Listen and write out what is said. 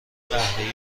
قهوه